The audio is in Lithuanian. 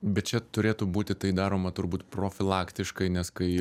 bet čia turėtų būti tai daroma turbūt profilaktiškai nes kai